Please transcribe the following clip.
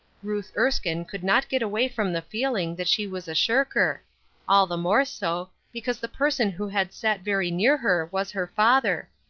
ruth erskine could not get away from the feeling that she was a shirker all the more so, because the person who had sat very near her was her father!